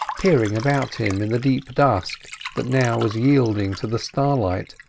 peering about him in the deep dusk that now was yielding to the starlight.